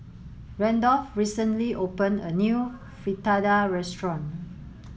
Randolph recently opened a new Fritada restaurant